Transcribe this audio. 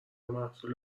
محصول